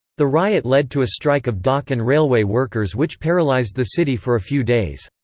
the riot led to a strike of dock and railway workers which paralysed the city for a few days.